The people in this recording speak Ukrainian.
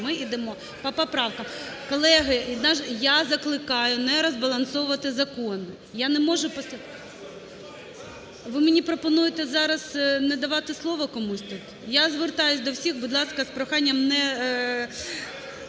ми йдемо по поправкам. Колеги, я закликаю не розбалансовувати закони, я не можу поставити. (Шум у залі) Ви мені пропонуєте зараз не давати слово комусь тут? Я звертаюся до всіх, будь ласка, з проханням...